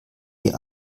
die